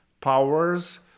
powers